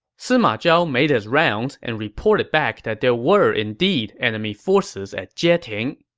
sima zhao made his rounds and reported back that there were indeed enemy forces at jieting